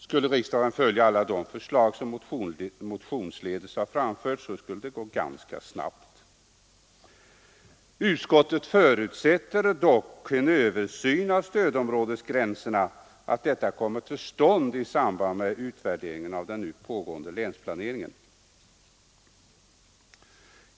Skulle riksdagen följa alla förslag som motionsledes har framförts skulle det gå ganska snabbt. Utskottet förutsätter dock att en översyn av stödområdesgränserna kommer till stånd i samband med utvärderingen av den nu pågående länsplaneringen.